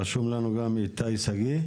רשום לנו גם איתי שגיא,